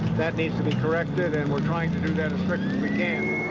that needs to be corrected and we're trying to do that as quick